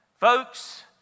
Folks